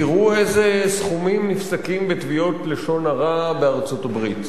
תראו איזה סכומים נפסקים בתביעות לשון הרע בארצות-הברית.